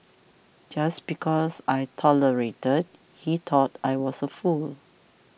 just because I tolerated he thought I was a fool